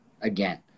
again